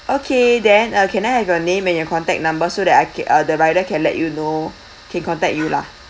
okay then uh can I have your name and your contact number so that I ca~ uh the rider can let you know can contact you lah